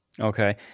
Okay